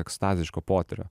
ekstaziško potyrio